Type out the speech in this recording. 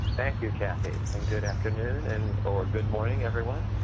thank you, kathy, and good afternoon and or good morning everyone.